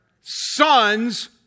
Sons